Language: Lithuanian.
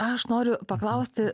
aš noriu paklausti